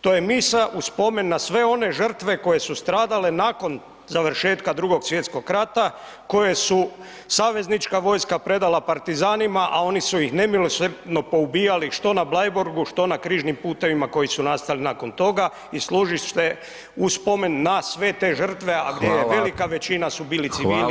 to je misa u spomen na sve one žrtve koje su stradale nakon završetka II. svjetskog rata koje su saveznička vojska predala partizanima, a oni su iz nemilosrdno poubijali, što na Bleiburgu, što na križnim putevima koji su nastali nakon toga i služi se u spomen na sve te žrtve, a gdje je [[Upadica: Hvala.]] velika većina su bili civili [[Upadica: Hvala vam.]] a ne vojnici.